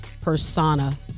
Persona